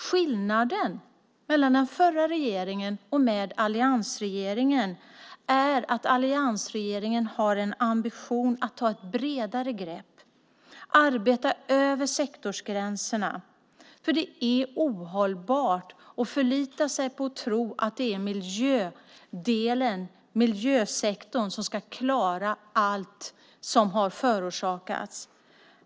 Skillnaden mellan den förra regeringen och alliansregeringen är att alliansregeringen har en ambition att ta ett bredare grepp och arbeta över sektorsgränserna. Det är ohållbart att förlita sig på att miljösektorn ska klara allt som har förorsakats.